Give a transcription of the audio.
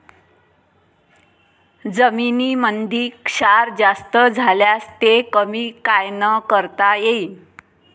जमीनीमंदी क्षार जास्त झाल्यास ते कमी कायनं करता येईन?